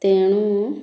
ତେଣୁ